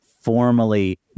formally